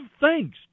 thanks